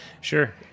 Sure